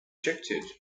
ejected